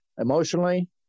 emotionally